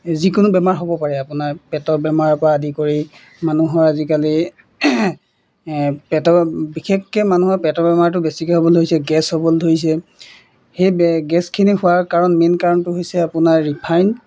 যিকোনো বেমাৰ হ'ব পাৰে আপোনাৰ পেটৰ বেমাৰৰ পৰা আদি কৰি মানুহৰ আজিকালি পেটৰ বিশেষকৈ মানুহৰ পেটৰ বেমাৰটো বেছিকৈ হ'ব ধৰিছে গেছ হ'বলৈ ধৰিছে সেই বে গেছখিনি হোৱাৰ কাৰণ মেইন কাৰণটো হৈছে আপোনাৰ ৰিফাইণ